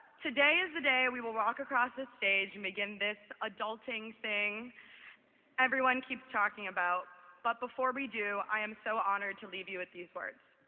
today is the day we will walk across the stage making this adulting thing everyone keeps talking about, but before we do, i am so honored to leave you with these words.